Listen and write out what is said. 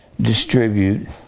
distribute